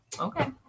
okay